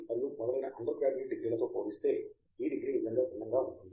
Sc మరియు మొదలైన undergraduate డిగ్రీలతో పోలిస్తే ఈ డిగ్రీ నిజంగా భిన్నంగా ఉంటుంది